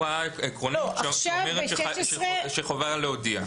זו ההוראה העקרונית שאומרת שחובה להודיע.